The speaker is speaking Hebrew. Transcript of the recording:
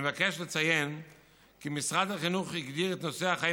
אני מבקש לציין כי משרד החינוך הגדיר את נושא החיים